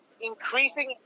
increasing